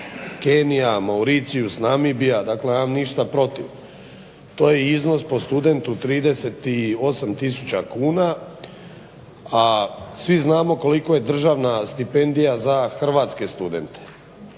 Kenija, Mauricijus, Namibija, dakle nemam ništa protiv. To je iznos po studentu 38 tisuća kuna, a svi znamo koliko je državna stipendija za hrvatske studente.